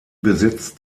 besitzt